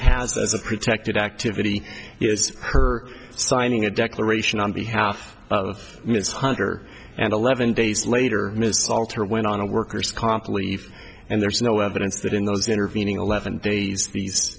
a protected activity is her signing a declaration on behalf of miss hunter and eleven days later miss alter went on a worker's comp leave and there's no evidence that in those intervening eleven days these